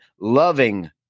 loving